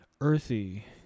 Earthy